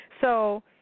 So-